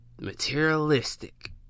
materialistic